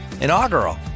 Inaugural